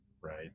right